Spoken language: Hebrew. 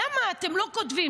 למה אתם לא כותבים?